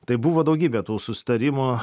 tai buvo daugybė tų susitarimų